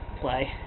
play